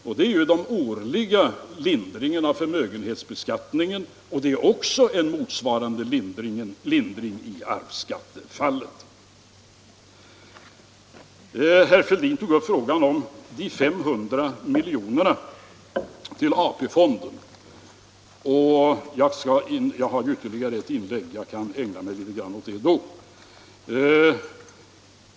Jag avser den årliga lindringen av förmögenhetsbeskattningen och den motsvarande lindringen när det gäller arvsskatten. Herr Fälldin tog upp frågan om de 500 miljonerna till AP-fonden. Jag har ytterligare ett inlägg, jag kan ägna mig litet grand åt det då.